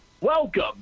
Welcome